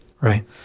Right